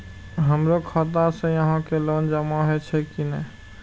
हमरो खाता से यहां के लोन जमा हे छे की ने?